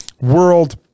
world